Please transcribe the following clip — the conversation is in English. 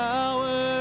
Power